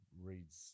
reads